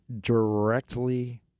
directly